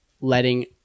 letting